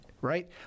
right